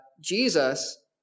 Jesus